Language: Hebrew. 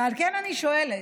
ועל כן אני שואלת: